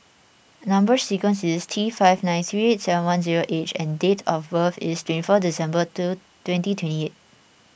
Number Sequence is T five nine three seven one zero H and date of birth is twenty four December to twenty twenty